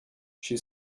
she